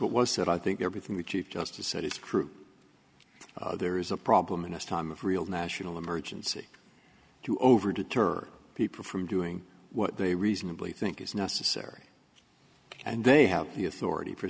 what was said i think everything the chief justice said it's true there is a problem in us time of real national emergency to over deter people from doing what they reasonably think is necessary and they have the authority for